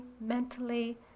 mentally